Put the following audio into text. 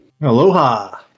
Aloha